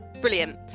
brilliant